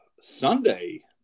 Sunday